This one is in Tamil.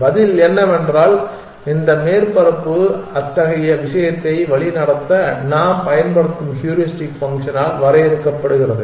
பதில் என்னவென்றால் இந்த மேற்பரப்பு அத்தகைய விஷயத்தை வழிநடத்த நாம் பயன்படுத்தும் ஹூரிஸ்டிக் ஃபங்க்ஷனால் வரையறுக்கப்படுகிறது